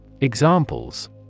Examples